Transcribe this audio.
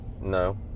No